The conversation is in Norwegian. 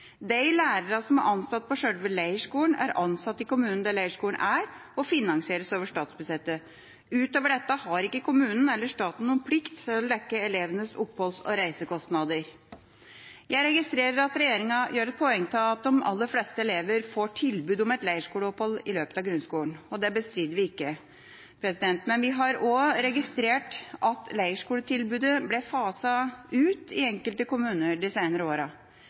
De lærerne som er ansatt på sjølve leirskolen, er ansatt i kommunen der leirskolen er, og finansieres over statsbudsjettet. Utover dette har ikke kommunen eller staten noen plikt til å dekke elevenes oppholds- og reisekostnader. Jeg registrerer at regjeringa gjør et poeng av at de aller fleste elever får tilbud om et leirskoleopphold i løpet av grunnskolen. Det bestrider vi ikke, men vi har også registrert at leirskoletilbudet er blitt faset ut i enkelte kommuner de seinere åra.